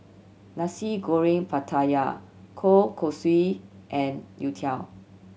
Nasi Goreng Pattaya kueh kosui and youtiao